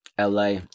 LA